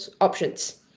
Options